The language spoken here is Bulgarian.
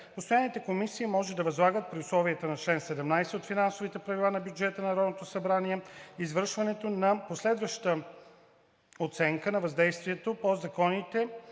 Постоянните комисии може да възлагат при условията на чл. 17 от Финансовите правила по бюджета на Народното събрание извършването на последваща оценка на въздействието на законите,